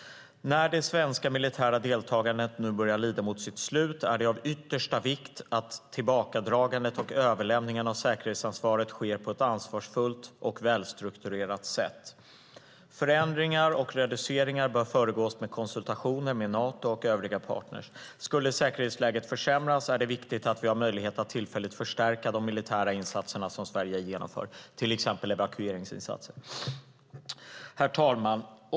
När det svenska militära deltagandet nu börjar lida mot sitt slut är det av yttersta vikt att tillbakadragandet och överlämningen av säkerhetsansvaret sker på ett ansvarsfullt och välstrukturerat sätt. Förändringar och reduceringar bör föregås av konsultationer med Nato och övriga partner. Skulle säkerhetsläget försämras är det viktigt att vi har möjlighet att tillfälligt förstärka de militära insatser som Sverige genomför, till exempel evakueringsinsatser. Herr talman!